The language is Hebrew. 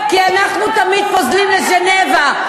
כי אנחנו תמיד פוזלים לז'נבה,